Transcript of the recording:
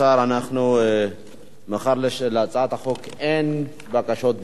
מאחר שלהצעת החוק אין בקשות דיבור,